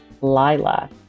Lila